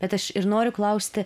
bet aš ir noriu klausti